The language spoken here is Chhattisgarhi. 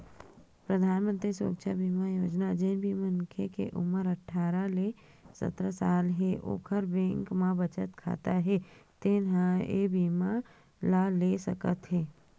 परधानमंतरी सुरक्छा बीमा योजना म जेन भी मनखे के उमर अठारह ले सत्तर साल हे ओखर बैंक म बचत खाता हे तेन ह ए बीमा ल ले सकत हे